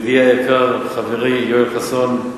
ידידי היקר, חברי יואל חסון,